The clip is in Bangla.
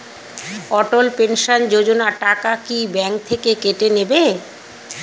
অটল পেনশন যোজনা টাকা কি ব্যাংক থেকে কেটে নেবে?